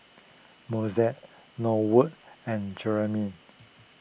Mozell Norwood and Jeremiah